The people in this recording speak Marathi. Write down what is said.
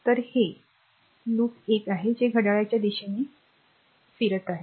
तर हे आर लूप 1 आहे जे घड्याळाच्या दिशेने कॉल करीत आहे